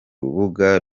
rubuga